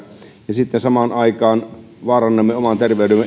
sitten samaan aikaan vaarannamme oman terveytemme erilaisilla